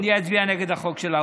אני אצביע נגד החוק של האוזר.